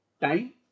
time